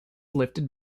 lifted